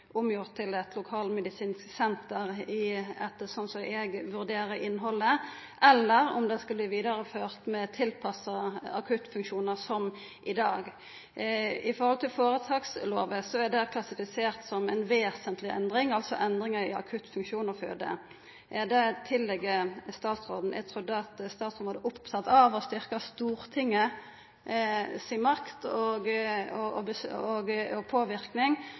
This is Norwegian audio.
omgjort til eit lokalmedisinsk senter, eller om det skal verta vidareført med tilpassa akuttfunksjonar, som i dag. Etter føretakslova er dette klassifisert som ei «vesentlig» endring, altså endringar i akuttfunksjon og fødetilbod. Eg trudde statsråden var opptatt av å styrkja Stortinget si makt og påverknad, så eg spør igjen: Vil han sikra at slike avgjerder kjem til Stortinget? Regjeringens plattform sier at nedleggelser av akutt- og